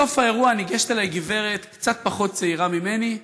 בסוף האירוע ניגשת אליי גברת קצת פחות צעירה ממני,